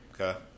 Okay